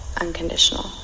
unconditional